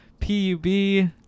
p-u-b